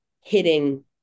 hitting